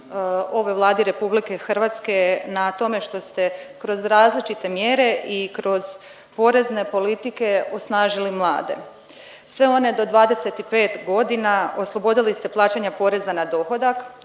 ovoj Vladi RH na tome što ste kroz različite mjere i kroz porezne politike osnažili mlade. Sve one do 25 godina oslobodili ste plaćanja poreza na dohodak,